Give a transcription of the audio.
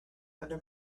under